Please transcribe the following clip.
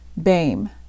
BAME